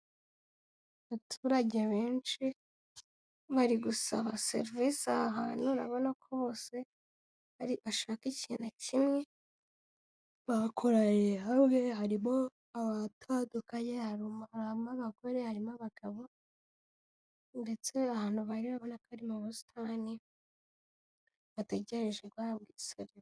Abaturage abeshi bari gusaba serivisi aha hantu urabona ko bose bahari bashaka ikintu kimwe, bakoraniye hamwe harimo abatandukanye harimo abagore, harimo abagabo ndetse ahantu barri urabona ko ari mu busitani bategereje guhahabwa serivisi.